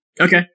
Okay